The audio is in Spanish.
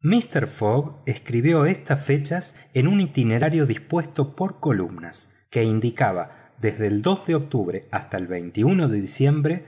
míster fogg escribió estas fechas en un itinerario dispuesto por columnas que indicaba desde el de octubre hasta el de diciembre